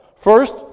First